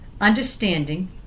understanding